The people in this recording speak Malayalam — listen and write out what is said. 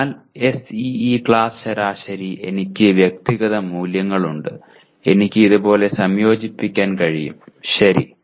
അതിനാൽ SEE ക്ലാസ് ശരാശരി എനിക്ക് വ്യക്തിഗത മൂല്യങ്ങളുണ്ട് എനിക്ക് ഇതുപോലെ സംയോജിപ്പിക്കാൻ കഴിയും ശരി